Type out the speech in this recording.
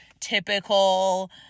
typical